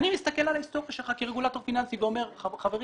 אני מסתכל על ההיסטוריה שלך כרגולטור פיננסי ואומר חברים,